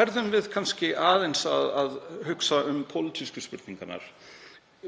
verðum við aðeins að hugsa um pólitísku spurningarnar: